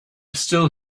still